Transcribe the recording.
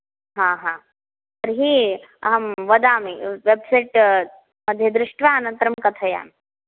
हा हा तर्हि अहं वदामि वेब्सैट् मध्ये दृष्ट्वा अनन्तरं कथयामि